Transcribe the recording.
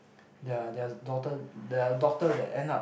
ya ya there are doctor there are doctor that end up